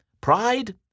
Pride